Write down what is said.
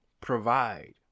provide